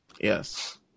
yes